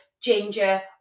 ginger